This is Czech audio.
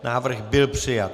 Návrh byl přijat.